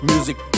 Music